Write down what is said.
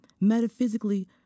metaphysically